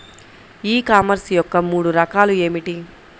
ఈ కామర్స్ యొక్క మూడు రకాలు ఏమిటి?